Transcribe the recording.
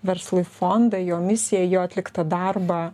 verslui fondą jo misiją jo atliktą darbą